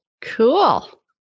Cool